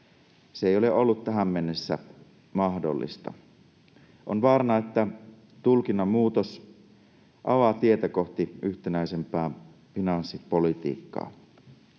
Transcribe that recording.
Se ei ole ollut tähän mennessä mahdollista. On vaarana, että tulkinnan muutos avaa tietä kohti yhtenäisempää finanssipolitiikkaa.